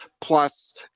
plus